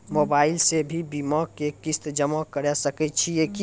Mobile से भी बीमा के किस्त जमा करै सकैय छियै कि?